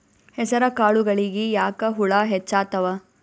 ಹೆಸರ ಕಾಳುಗಳಿಗಿ ಯಾಕ ಹುಳ ಹೆಚ್ಚಾತವ?